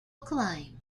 acclaim